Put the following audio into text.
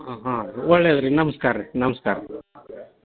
ಹಾಂ ಹಾಂ ಒಳ್ಳೇದು ರೀ ನಮ್ಸ್ಕಾರ ರೀ ನಮಸ್ಕಾರ